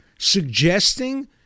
suggesting